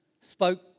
spoke